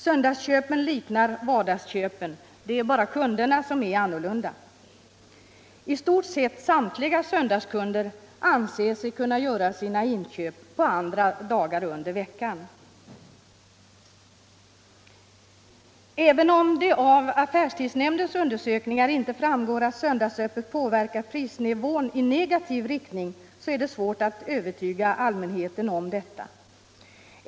Söndagsköpen liknar vardagsköpen — det är bara kunderna som är annorlunda. I stort sett samtliga söndagskunder anser sig kunna utföra sina inköp på andra dagar under veckan. Även om det av affärstidsnämndens undersökningar inte framgår att söndagsöppet påverkar prisnivån i negativ riktning så är det svårt att övertyga allmänheten om detta.